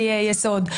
לכן אני מתנגד להן.